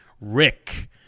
Rick